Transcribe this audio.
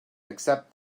except